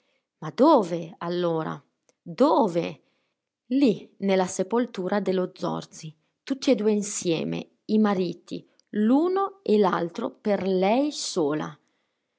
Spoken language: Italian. ma dove allora dove lì nella sepoltura dello zorzi tutti e due insieme i mariti l'uno e l'altro per lei sola